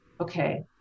okay